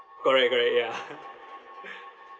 correct correct ya